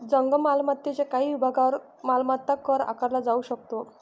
जंगम मालमत्तेच्या काही विभागांवर मालमत्ता कर आकारला जाऊ शकतो